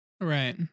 Right